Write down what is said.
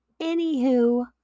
anywho